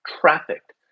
trafficked